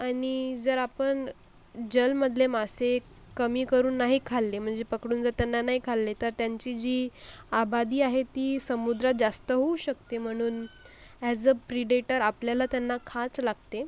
आणि जर आपण जलमधले मासे कमी करून नाही खाल्ले म्हणजे पकडून जर त्यांना नाही खाल्ले तर त्यांची जी आबादी आहे ती समुद्रात जास्त होऊ शकते म्हणून अॅज अ प्रिडेटर आपल्याला त्यांना खावंच लागते